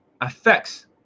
affects